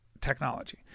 technology